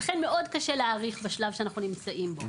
ולכן מאוד קשה להעריך בשלב שאנחנו נמצאים בו.